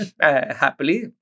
happily